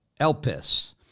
elpis